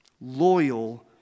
Loyal